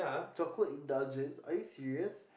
chocolate indulgence are you serious